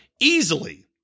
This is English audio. easily